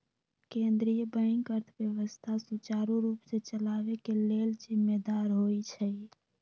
केंद्रीय बैंक अर्थव्यवस्था सुचारू रूप से चलाबे के लेल जिम्मेदार होइ छइ